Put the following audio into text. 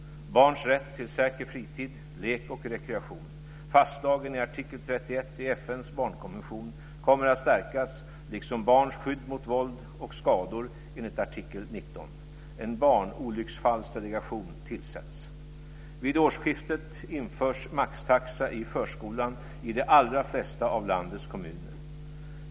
Barns rätt till säker fritid, lek och rekreation - fastslagen i artikel 31 i FN:s barnkonvention - kommer att stärkas, liksom barns skydd mot våld och skador enligt artikel 19. En barnolycksfallsdelegation tillsätts. Vid årsskiftet införs maxtaxan i förskolan i de allra flesta av landets kommuner.